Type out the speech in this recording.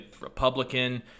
Republican